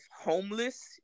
homeless